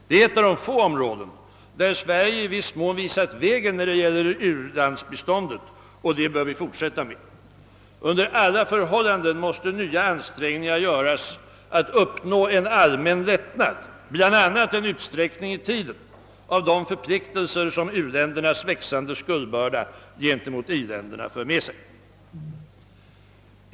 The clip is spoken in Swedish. Det är ett av de få områden där Sverige visat vägen när det gäller u-landsbiståndet, och det bör vi fortsätta med. Under alla förhållanden måste nya ansträngningar göras att uppnå en allmän lättnad, bl.a. en utsträckning i tiden av de förpliktelser som u-ländernas växande skuldbörda gentemot i-länderna för med sig.